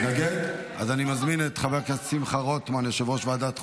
להצעת החוק הגיש חבר הכנסת רוטמן התנגדות.